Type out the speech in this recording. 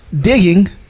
digging